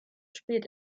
spät